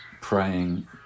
praying